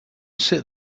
sit